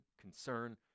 concern